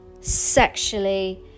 sexually